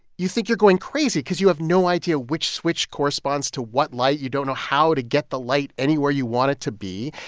you think you're going crazy because you have no idea which switch corresponds to what light. you don't know how to get the light anywhere you want it to be.